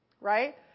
Right